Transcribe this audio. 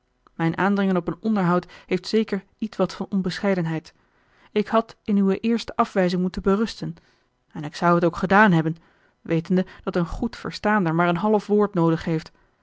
mijn aandringen op een onderhoud heeft zeker ietwat van onbescheidenheid ik had in uwe eerste afwijzing moeten berusten en ik zou het ook gedaan hebben wetende dat een goed verstaander maar een half woord noodig heeft